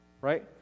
right